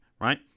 right